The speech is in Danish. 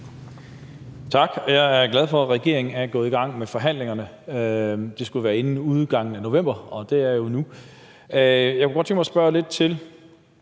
Tak. Jeg er glad for, at regeringen er gået i gang med forhandlingerne. Det skulle være inden udgangen af november, og det er jo nu. Når man siger, at aftaleparterne